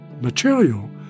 material